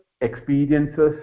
experiences